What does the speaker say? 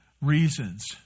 reasons